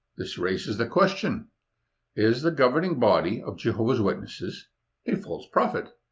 this raises the question is the governing body of jehovah's witnesses a false prophet?